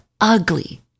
ugly